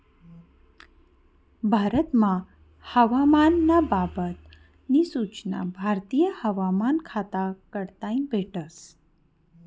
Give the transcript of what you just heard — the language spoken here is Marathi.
भारतमा हवामान ना बाबत नी सूचना भारतीय हवामान खाता कडताईन भेटस